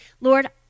Lord